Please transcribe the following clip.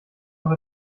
noch